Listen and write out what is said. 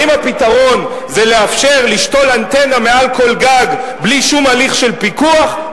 האם הפתרון זה לאפשר לשתול אנטנה מעל כל גג בלי שום הליך של פיקוח?